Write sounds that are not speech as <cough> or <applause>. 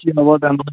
কি হ'ব <unintelligible>